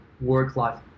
work-life